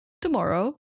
tomorrow